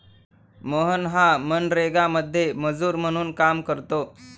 मोहन हा मनरेगामध्ये मजूर म्हणून काम करतो